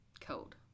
code